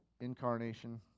Incarnation